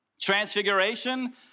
transfiguration